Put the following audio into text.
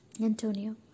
Antonio